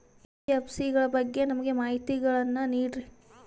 NBFC ಗಳ ಬಗ್ಗೆ ನಮಗೆ ಮಾಹಿತಿಗಳನ್ನ ನೀಡ್ರಿ?